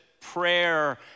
prayer